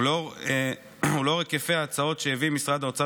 ולאור היקפי ההצעות שהביא משרד האוצר,